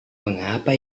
mengapa